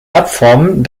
verbformen